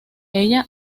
ella